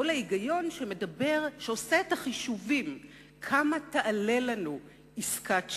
קול ההיגיון שעושה את החישובים כמה תעלה לנו עסקת שליט.